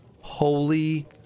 holy